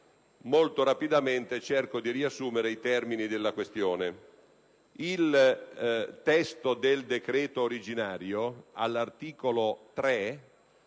Molto rapidamente cerco di riassumere i termini della questione. Il testo originario del decreto, all'articolo 3,